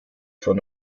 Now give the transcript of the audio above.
von